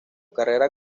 carrera